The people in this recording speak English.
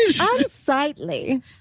unsightly